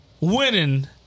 winning